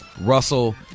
Russell